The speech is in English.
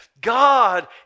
God